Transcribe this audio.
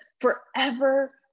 Forever